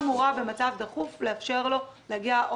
להגיע לאותו רופא או לדאוג לו לרופא אחר.